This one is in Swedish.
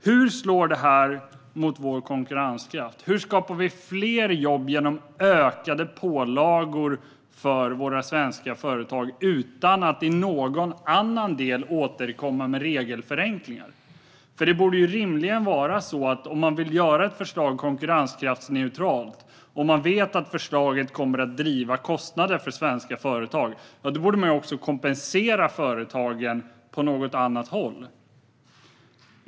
Hur slår detta mot vår konkurrenskraft? Hur skapar vi fler jobb genom ökade pålagor för våra svenska företag utan att i någon annan del återkomma med regelförenklingar? Om man vill göra ett förslag konkurrenskraftsneutralt och om man vet att förslaget kommer att driva upp kostnaderna för svenska företag borde man rimligen kompensera företagen på något annat håll.